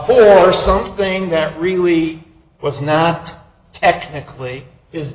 or something that really was not technically his